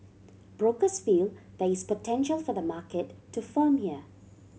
brokers feel there is potential for the market to firm here